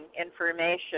information